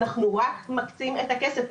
אנחנו רק מקצים את הכסף,